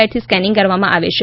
લાઇટથી scanning કરવામાં આવે છે